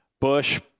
Bush